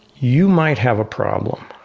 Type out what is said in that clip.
you might have a problem.